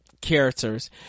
characters